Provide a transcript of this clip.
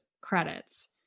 credits